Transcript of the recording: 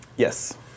Yes